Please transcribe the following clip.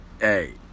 Hey